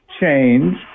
change